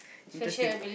interesting